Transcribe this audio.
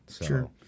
Sure